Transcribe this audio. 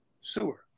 sewer